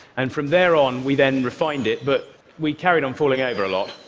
and from there on we then refined it, but we carried on falling over a lot.